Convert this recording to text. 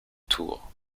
tours